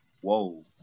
Whoa